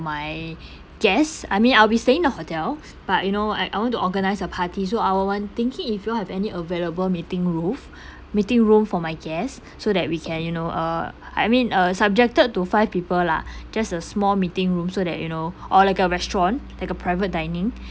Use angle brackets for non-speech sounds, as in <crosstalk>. my guest I mean I'll be staying in the hotel but you know I I want to organise a party so I will want thinking if you have any available meeting roof <breath> meeting room for my guest so that we can you know uh I mean uh subjected to five people lah just a small meeting rooms so that you know or like a restaurant like a private dining